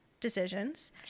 decisions